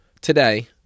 Today